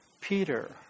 Peter